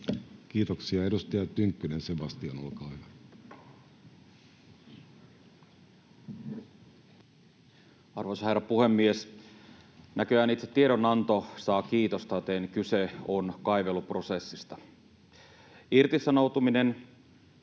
Kiitoksia. — Edustaja Tynkkynen, Sebastian, olkaa hyvä. Arvoisa herra puhemies! Näköjään itse tiedonanto saa kiitosta, joten kyse on kaiveluprosessista.